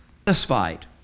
satisfied